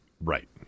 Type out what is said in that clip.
right